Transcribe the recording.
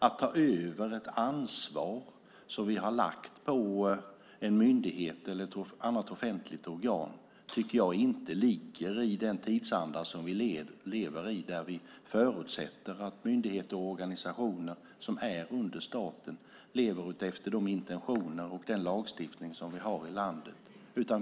Att ta över ett ansvar som vi har lagt på en myndighet eller på ett annat offentligt organ tycker jag inte ligger i den tidsanda som vi lever i, där vi förutsätter att myndigheter och organisationer som står under staten lever utefter de intentioner och den lagstiftning som vi har i landet.